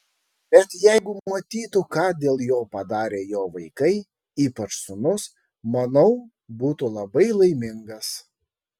bet jeigu matytų ką dėl jo padarė jo vaikai ypač sūnus manau būtų labai laimingas